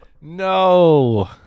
no